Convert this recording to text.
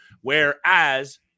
Whereas